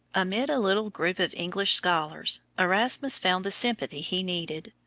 amid a little group of english scholars erasmus found the sympathy he needed.